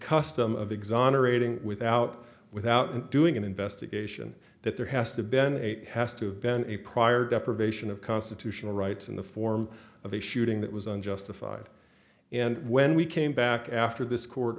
custom of exonerating without without doing an investigation that there has to ben has to been a prior deprivation of constitutional rights in the form of a shooting that was unjustified and when we came back after this court